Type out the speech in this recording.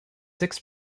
six